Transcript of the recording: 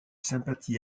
sympathies